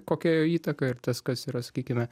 kokia jo įtaka ir tas kas yra sakykime